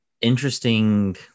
interesting